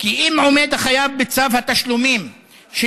כי אם החייב עומד בצו התשלומים שנקבע